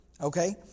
Okay